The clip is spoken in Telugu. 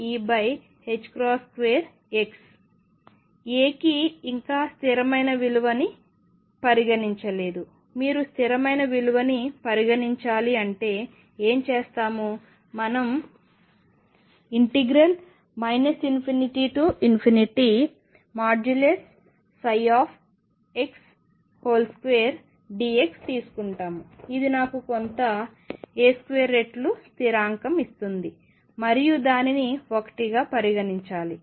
A కి ఇంకా స్థిరమైన విలువని పరిగణించలేదు మీరు స్థిరమైన విలువని పరిగణించాలి అంటే ఏమి చేస్తాము మనం ∞x2dx తీసుకుంటాము ఇది నాకు కొంత A2 రెట్లు స్థిరాంకం ఇస్తుంది మరియు దానిని 1 గా పరిగణించాలి